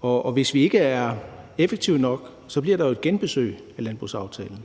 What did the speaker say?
og hvis vi ikke er effektive nok, bliver der jo et genbesøg af landbrugsaftalen.